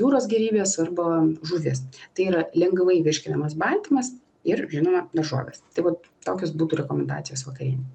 jūros gėrybės arba žuvis tai yra lengvai virškinamas baltymas ir žinoma daržovės tai vat tokios būtų rekomendacijos vakarienei